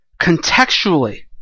contextually